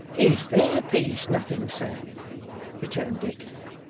is their peace nothing, sir returned dick.